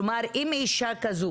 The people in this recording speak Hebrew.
כלומר, אם אישה כזו